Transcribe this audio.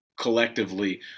collectively